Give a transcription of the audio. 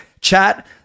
chat